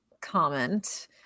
comment